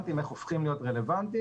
קונקרטיות להרבה מאוד אפשרויות.